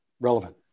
relevant